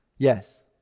Yes